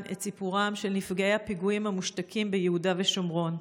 את סיפורם של נפגעי הפיגועים המושתקים ביהודה ושומרון.